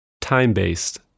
Time-based